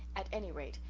at any rate,